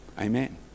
Amen